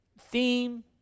theme